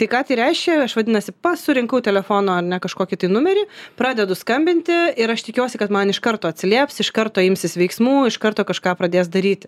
tai ką tai reiškia aš vadinasi pats surinkau telefono ar ne kažkokį tai numerį pradedu skambinti ir aš tikiuosi kad man iš karto atsilieps iš karto imsis veiksmų iš karto kažką pradės daryti